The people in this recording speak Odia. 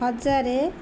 ହଜାରେ